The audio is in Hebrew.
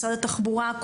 משרד התחבורה,